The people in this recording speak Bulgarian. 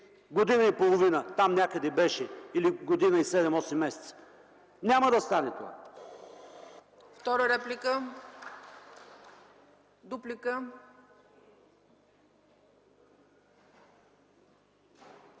година и половина, там някъде беше, или година и седем-осем месеца. Няма да стане това!